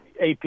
AP